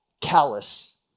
callous